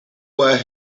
where